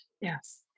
Yes